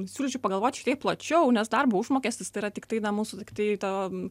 siūlyčiau pagalvoti šiek tiek plačiau nes darbo užmokestis tai yra tiktai na mūsų tiktai ta